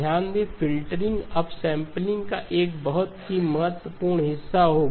ध्यान दें कि फ़िल्टरिंग अपसैंपलिंग का एक बहुत ही महत्वपूर्ण हिस्सा होगा